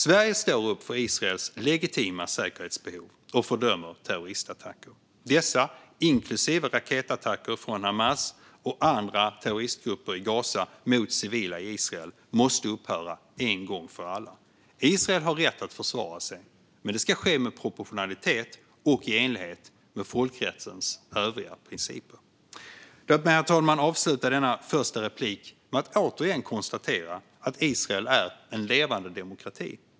Sverige står upp för Israels legitima säkerhetsbehov och fördömer terroristattacker. Dessa inklusive raketattacker från Hamas och andra terroristgrupper i Gaza mot civila i Israel måste upphöra en gång för alla. Israel har rätt att försvara sig, men det ska ske med proportionalitet och i enlighet med folkrättens övriga principer. Låt mig, herr talman, avsluta detta inlägg med att återigen konstatera att Israel är en levande demokrati.